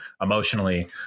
emotionally